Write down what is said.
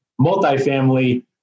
multifamily